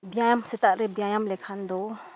ᱵᱮᱭᱟᱢ ᱥᱮᱛᱟᱜ ᱨᱮ ᱵᱮᱭᱟᱢ ᱞᱮᱠᱷᱟᱱ ᱫᱚ